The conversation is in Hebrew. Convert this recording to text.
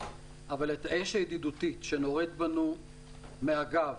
אבל את האש הידידותית שנורית בנו מהגב